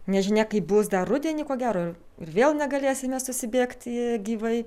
nežinia kaip bus dar rudenį ko gero ir vėl negalėsime susibėgti gyvai